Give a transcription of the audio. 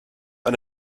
and